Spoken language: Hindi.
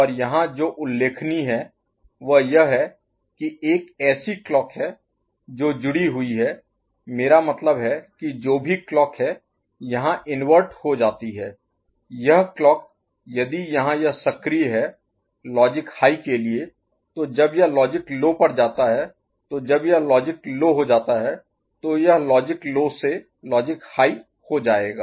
और यहां जो उल्लेखनीय है वह यह है कि एक ऐसी क्लॉक है जो जुड़ी हुई है मेरा मतलब है कि जो भी क्लॉक है यहां इन्वर्ट हो जाती है यह क्लॉक यदि यहाँ यह सक्रिय है लॉजिक हाई के लिए तो जब यह लॉजिक लो पर जाता है तो जब यह लॉजिक लो हो जाता है तो यह यह लॉजिक लो से लॉजिक हाई हो जाएगा